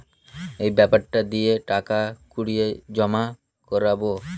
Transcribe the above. এই বেপারটা দিয়ে টাকা কড়ি জমা করাবো